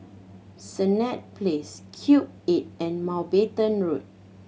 Senett Place Cube Eight and Mountbatten Road